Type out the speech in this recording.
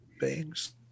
beings